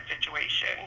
situation